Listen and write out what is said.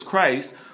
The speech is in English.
Christ